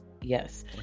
yes